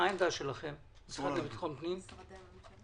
מה עמדתכם במשרד לביטחון פנים?